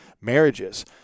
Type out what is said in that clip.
marriages